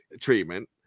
treatment